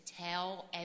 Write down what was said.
tell